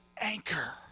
anchor